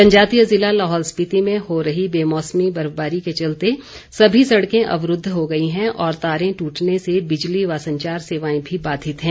जनजातीय ज़िला लाहौल स्पीति में हो रही बेमौसमी बर्फबारी के चलते सभी सड़कें अवरूद्व हो गई हैं और तारें टूटने से बिजली तथा संचार सेवाएं भी बाधित हैं